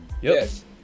Yes